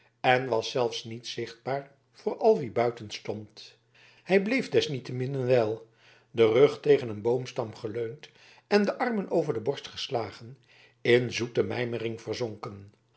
en was zelfs niet zichtbaar voor al wie buiten stond hij bleef desniettemin een wijl den rug tegen een boomstam geleund en de armen over de borst geslagen in zoete mijmering verzonken